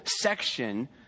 section